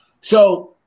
So-